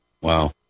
Wow